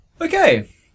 Okay